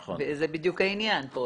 זה בדיוק העניין.